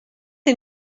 est